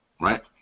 right